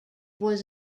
was